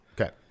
Okay